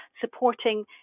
supporting